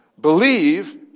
Believe